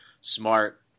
smart